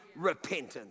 repentance